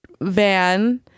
van